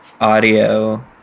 audio